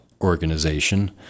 organization